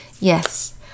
Yes